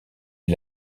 est